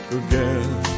again